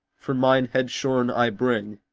from mine head shorn, i bring,